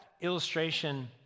illustration